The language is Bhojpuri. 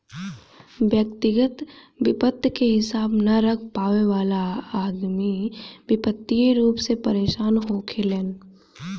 व्यग्तिगत वित्त के हिसाब न रख पावे वाला अदमी वित्तीय रूप से परेसान होखेलेन